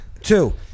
Two